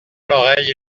l’oreille